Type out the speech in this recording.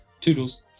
Toodles